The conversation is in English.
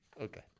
Okay